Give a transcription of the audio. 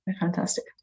fantastic